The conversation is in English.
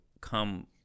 come